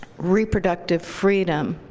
reproductive freedom